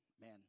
Man